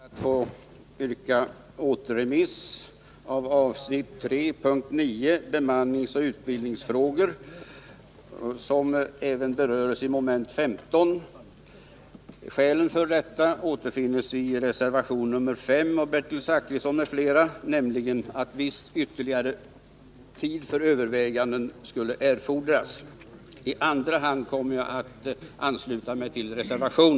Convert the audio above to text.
Herr talman! Med hänvisning till vad jag anförde under realbehandlingen av detta ärende ber jag att få yrka på återremiss av avsnittet 3.9, Bemanningsoch utbildningsfrågor, som berörs under mom. 15. Skälen för detta yrkande återfinnes i reservation nr 5 vid trafikutskottets betänkande nr 26, av Bertil Zachrisson m.fl., nämligen att viss ytterligare tid för överväganden skulle vara erforderlig. I andra hand kommer jag att ansluta mig till denna reservation.